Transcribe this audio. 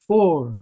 Four